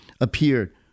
appeared